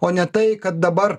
o ne tai kad dabar